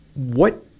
what,